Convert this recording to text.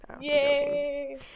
Yay